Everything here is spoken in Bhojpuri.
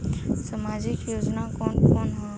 सामाजिक योजना कवन कवन ह?